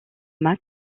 max